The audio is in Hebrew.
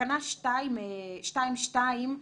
בתקנה 2(2),